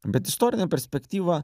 bet istorinė perspektyva